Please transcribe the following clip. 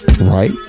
right